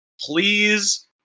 please